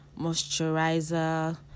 moisturizer